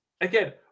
again